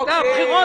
אנחנו